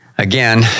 Again